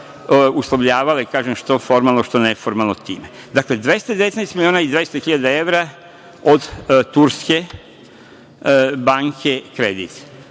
uslovljavale, kažem, što formalno, što neformalno time. Dakle, 219 miliona i 200 hiljada evra od Turske banke kredit,